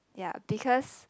ya because